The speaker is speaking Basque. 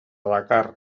dakar